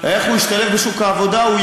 איך הוא ישתלב בשוק העבודה?